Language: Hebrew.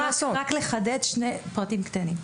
רק לחדד שני פרטים קטנים.